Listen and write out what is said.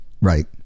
Right